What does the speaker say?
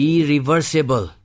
Irreversible